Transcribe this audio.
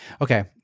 okay